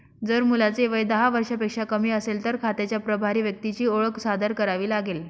जर मुलाचे वय दहा वर्षांपेक्षा कमी असेल, तर खात्याच्या प्रभारी व्यक्तीची ओळख सादर करावी लागेल